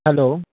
hello